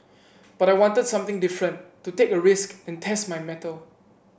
but I wanted something different to take a risk and test my mettle